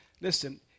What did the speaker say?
listen